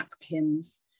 Atkins